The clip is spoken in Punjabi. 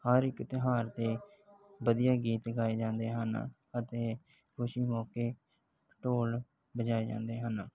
ਹਰ ਇੱਕ ਤਿਉਹਾਰ 'ਤੇ ਵਧੀਆ ਗੀਤ ਗਾਏ ਜਾਂਦੇ ਹਨ ਅਤੇ ਖੁਸ਼ੀ ਮੌਕੇ ਢੋਲ ਵਜਾਏ ਜਾਂਦੇ ਹਨ